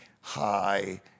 high